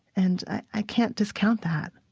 and i can't discount that